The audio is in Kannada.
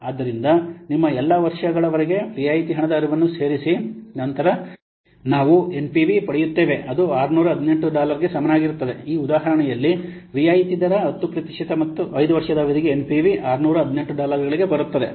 ಆದ್ದರಿಂದ ನಿಮ್ಮ ಎಲ್ಲಾ ವರ್ಷಗಳವರೆಗೆ ರಿಯಾಯಿತಿ ಹಣದ ಹರಿವನ್ನು ಸೇರಿಸಿದ ನಂತರ ನಾವು ಎನ್ಪಿವಿ ಪಡೆಯುತ್ತೇವೆ ಅದು 618 ಡಾಲರ್ಗೆ ಸಮಾನವಾಗಿರುತ್ತದೆ ಈ ಉದಾಹರಣೆಯಲ್ಲಿ ರಿಯಾಯಿತಿ ದರ 10 ಪ್ರತಿಶತ ಮತ್ತು 5 ವರ್ಷದ ಅವಧಿಗೆ ಎನ್ಪಿವಿ 618 ಡಾಲರ್ಗಳಿಗೆ ಬರುತ್ತದೆ